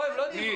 לא, הם לא דיברו.